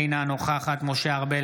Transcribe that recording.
אינה נוכחת משה ארבל,